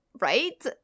right